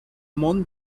món